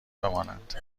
بمانند